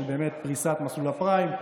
פריסת מסלול הפריים,